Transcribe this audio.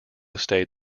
stayed